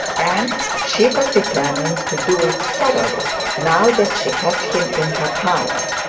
and she was determined to do it thoroughly, now that she had him in her power.